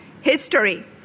History